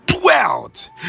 dwelt